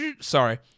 sorry